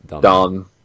done